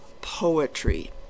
poetry